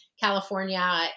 California